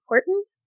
important